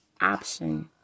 option